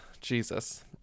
Jesus